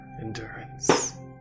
endurance